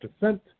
descent